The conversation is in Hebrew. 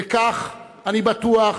וכך, אני בטוח,